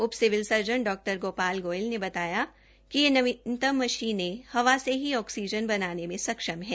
उप civil surgeon डॉ गोपाल गोयल ने बताया कि यह नवीनतम मशीने हवा से ही आक्सीजन बनाने में सक्षम है